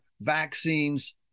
vaccines